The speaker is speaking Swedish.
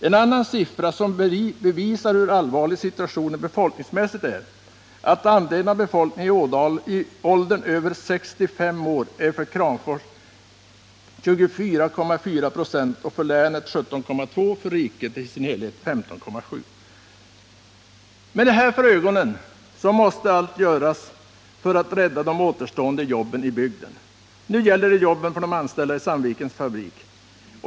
En annan siffra som bevisar hurallvarlig situationen är befolkningsmässigt är att andelen av befolkningen i åldern över 65 år utgör för Kramfors 24,4 96 och för länet 17,2 26 samt för riket som helhet 15,7 96. Med detta för ögonen inser vi att allt måste göras för att rädda de återstående jobben i bygden. Nu gäller det jobben för de anställda i Sandvikens fabrik.